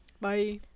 Bye